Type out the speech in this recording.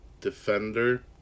defender